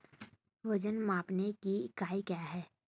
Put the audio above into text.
वजन मापने की इकाई क्या है?